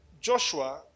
Joshua